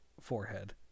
forehead